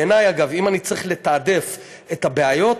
בעיני, אגב, אם אני צריך לתעדף את הבעיות,